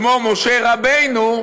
כמו משה רבנו,